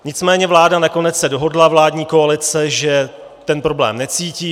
Nicméně vláda nakonec se dohodla, vládní koalice, že ten problém necítí.